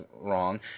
wrong